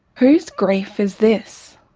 whose grief is this?